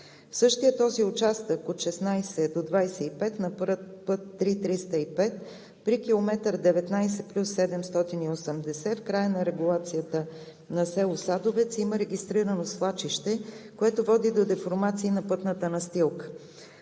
Същият този участък – от км 16 до км 25 на път III-305, при км 19+700 в края на регулацията на село Садовец има регистрирано свлачище, което води до деформации на пътната настилка.